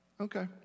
Okay